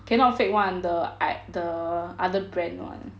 okay not fake [one] the I the other brand [one]